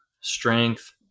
strength